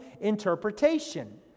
interpretation